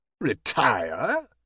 Retire